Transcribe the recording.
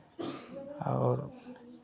और